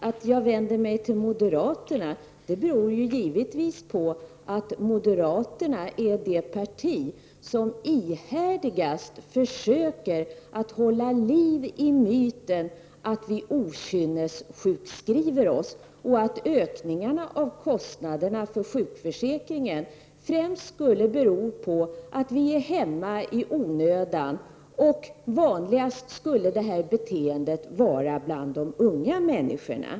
Att jag vänder mig till moderaterna beror givetvis på att moderata samlingspartiet är det parti som ihärdigast försöker hålla liv i myten att människor okynnessjukskriver sig, att ökningarna av kostnaderna för sjukförsäkringen främst skulle bero på att människor är hemma i onödan och att det här beteendet skulle vara vanligast bland de unga människorna.